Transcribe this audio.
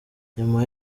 nyuma